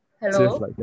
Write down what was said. Hello